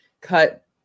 cut